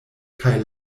kaj